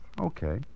Okay